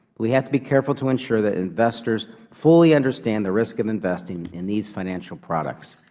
we have to be careful to ensure that investors fully understand the risk of investing in these financial products.